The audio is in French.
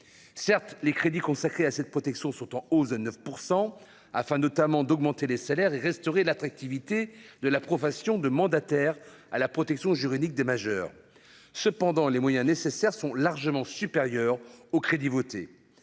certes les crédits consacrés à cette protection sont en hausse de 9 % afin notamment d'augmenter les salaires et restaurer l'attractivité de la profession de mandataire à la protection juridique des majeurs, cependant les moyens nécessaires sont largement supérieur aux crédits votés